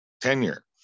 tenure